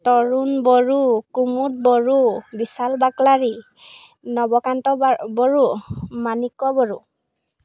তৰুণ বড়ো কুমুদ বড়ো বিশাল বাকলাৰী নৱকান্ত বা বড়ো মাণিক বড়ো